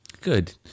Good